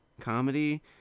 comedy